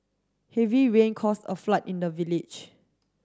heavy rain caused a flood in the village